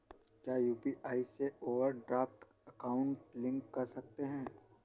क्या यू.पी.आई से overdraft account link कर सकते हैं?